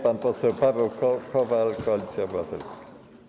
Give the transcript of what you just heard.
Pan poseł Paweł Kowal, Koalicja Obywatelska.